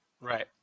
Right